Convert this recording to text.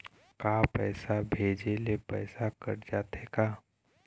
का पैसा भेजे ले पैसा कट जाथे का?